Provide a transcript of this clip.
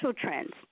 trends